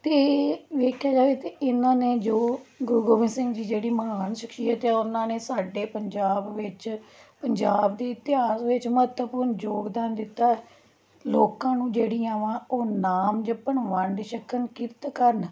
ਅਤੇ ਵੇਖਿਆ ਜਾਵੇ ਤਾਂ ਇਹਨਾਂ ਨੇ ਜੋ ਗੁਰੂ ਗੋਬਿੰਦ ਸਿੰਘ ਜੀ ਜਿਹੜੀ ਮਹਾਨ ਸ਼ਖਸ਼ੀਅਤ ਆ ਉਹਨਾਂ ਨੇ ਸਾਡੇ ਪੰਜਾਬ ਵਿੱਚ ਪੰਜਾਬ ਦੀ ਇਤਿਹਾਸ ਵਿੱਚ ਮਹੱਤਵਪੂਰਨ ਯੋਗਦਾਨ ਦਿੱਤਾ ਲੋਕਾਂ ਨੂੰ ਜਿਹੜੀਆਂ ਵਾ ਉਹ ਨਾਮ ਜਪਣ ਵੰਡ ਛਕਣ ਕਿਰਤ ਕਰਨ